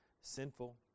sinful